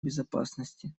безопасности